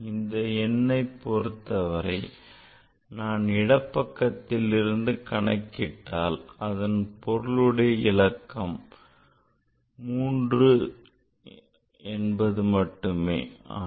இந்த எண்ணைப் பொறுத்தவரை நான் இடப்பக்கத்தில் இருந்து கணக்கிட்டால் இதன் பொருளடைய இலக்கம் என்பது 3 ஆகும்